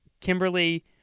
Kimberly